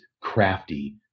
crafty